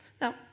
Now